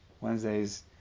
Wednesday's